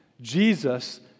Jesus